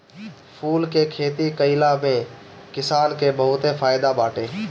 फूल के खेती कईला में किसान के बहुते फायदा बाटे